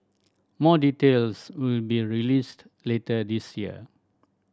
more details will be released later this year